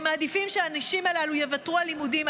הם מעדיפים שהאנשים האלה יוותרו על לימודים,